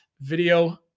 video